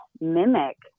mimic